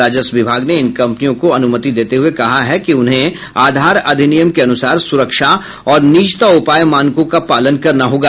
राजस्व विभाग ने इन कंपनियों को अनुमति देते हुये कहा है कि उन्हें आधार अधिनियम के अनुसार सुरक्षा और निजता उपाय मानकों का पालन करना होगा